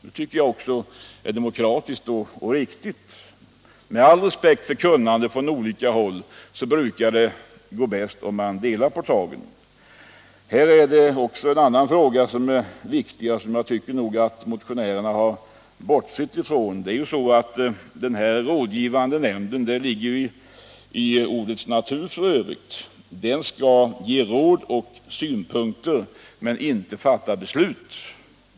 Det tycker jag också är demokratiskt och riktigt; med all respekt för kunnandet på olika håll brukar det gå bäst om man fördelar ansvaret så att ingen part blir överrepresenterad. Här är det också en annan viktig fråga som jag tycker att motionärerna har bortsett från. Den rådgivande nämnden -— detta ligger f. ö. i ordets betydelse — skall ge råd och synpunkter men inte fatta beslut.